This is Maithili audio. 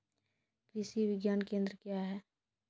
कृषि विज्ञान केंद्र क्या हैं?